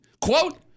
quote